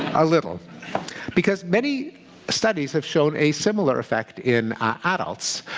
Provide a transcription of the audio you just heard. a little because many studies have shown a similar effect in adults.